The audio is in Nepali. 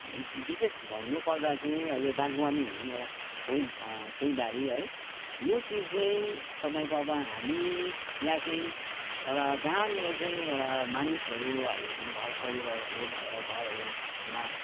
बिशेष भन्नुपर्दा चाहिँ यो वागवानी भन्ने एउटा फुल फुलबारी है यो चिज चाहिँ तपाईँको अब हामीलाई चाहिँ एउटा जहाँनिर चाहिँ एउटा मानिसहरू है हामी घर परिवारहरू भएर घरहरूमा